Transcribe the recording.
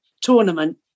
tournament